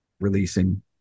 releasing